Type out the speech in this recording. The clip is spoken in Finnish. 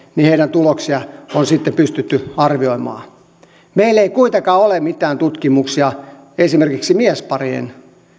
tuloksia on sitten pystytty arvioimaan meillä ei kuitenkaan ole mitään tutkimuksia esimerkiksi miesparien